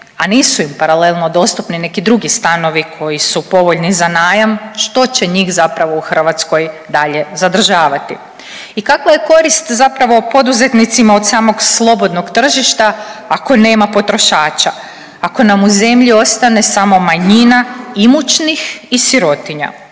a nisu im paralelno dostupni neki drugi stanovi koji su povoljni za najam što će njih zapravo u Hrvatskoj dalje zadržavati. I kakva je korist zapravo poduzetnicima od samog slobodnog tržišta ako nema potrošača, ako nam u zemlji ostane samo manjina imućnih i sirotinja.